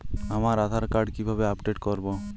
আমার আধার কার্ড কিভাবে আপডেট করব?